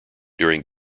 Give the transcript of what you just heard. during